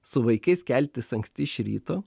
su vaikais keltis anksti iš ryto